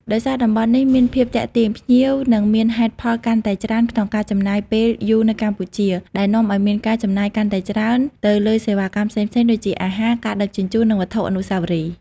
ដោយសារតំបន់នេះមានភាពទាក់ទាញ ភ្ញៀវនឹងមានហេតុផលកាន់តែច្រើនក្នុងការចំណាយពេលយូរនៅកម្ពុជា ដែលនាំឱ្យមានការចំណាយកាន់តែច្រើនទៅលើសេវាកម្មផ្សេងៗដូចជាអាហារ ការដឹកជញ្ជូន និងវត្ថុអនុស្សាវរីយ៍។